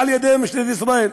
על-ידי משטרת ישראל.